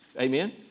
Amen